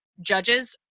Judges